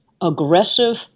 aggressive